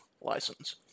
license